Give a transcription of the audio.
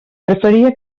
preferia